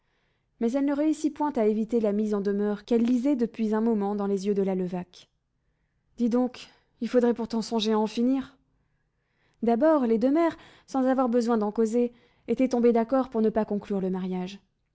mais elle ne réussit point à éviter la mise en demeure qu'elle lisait depuis un moment dans les yeux de la levaque dis donc il faudrait pourtant songer à en finir d'abord les deux mères sans avoir besoin d'en causer étaient tombées d'accord pour ne pas conclure le mariage